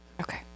Okay